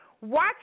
watch